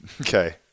Okay